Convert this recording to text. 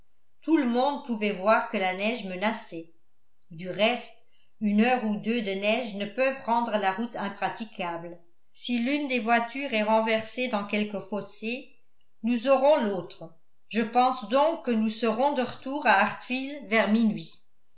tout le monde pouvait voir que la neige menaçait du reste une heure ou deux de neige ne peuvent rendre la route impraticable si l'une des voitures est renversée dans quelque fossé nous aurons l'autre je pense donc que nous serons de retour à hartfield vers minuit